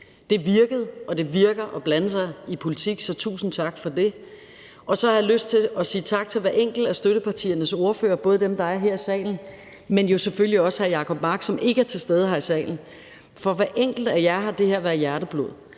Det virkede, og det virker at blande sig i politik, så tusind tak for det. Så har jeg lyst til at sige tak til hver enkelt af støttepartiernes ordførere, både dem, der er her i salen, men jo selvfølgelig også hr. Jacob Mark, som ikke er til stede her i salen. For hver enkelt af jer har det her været hjerteblod,